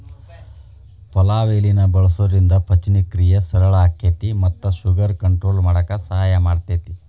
ಪಲಾವ್ ಎಲಿನ ಬಳಸೋದ್ರಿಂದ ಪಚನಕ್ರಿಯೆ ಸರಳ ಆಕ್ಕೆತಿ ಮತ್ತ ಶುಗರ್ ಕಂಟ್ರೋಲ್ ಮಾಡಕ್ ಸಹಾಯ ಮಾಡ್ತೆತಿ